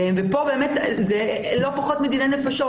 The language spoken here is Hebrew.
ופה זה לא פחות מדיני נפשות.